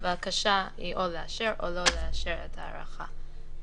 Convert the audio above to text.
הבקשה היא לאשר או לא לאשר את ההארכה.